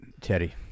Teddy